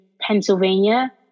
Pennsylvania